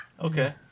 Okay